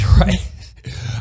right